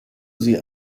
sie